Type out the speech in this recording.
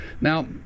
Now